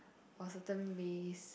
or certain race